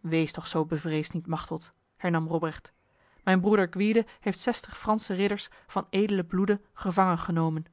wees toch zo bevreesd niet machteld hernam robrecht mijn broeder gwyde heeft zestig franse ridders van edelen bloede gevangen genomen